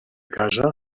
casa